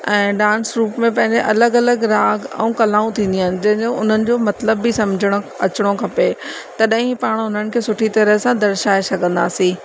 ऐं डांस रूप में पंहिंजे अलॻि अलॻि राग ऐं कलाऊं थींदियूं आहिनि जंहिंजो उन्हनि जो मतिलबु बि समुझण अचिणो खपे तॾहिं पाणि उन्हनि खे सुठी तरह सां दर्शाए सघंदासीं